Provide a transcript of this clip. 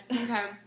Okay